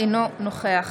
אינו נוכח